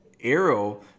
Arrow